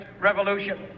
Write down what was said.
revolution